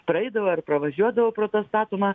praeidavo ar pravažiuodavo pro tą statomą